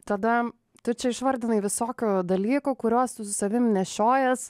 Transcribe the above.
tada tu čia išvardinai visokių dalykų kuriuos su savim nešiojas